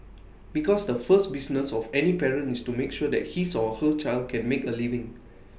because the first business of any parent is to make sure that his or her child can make A living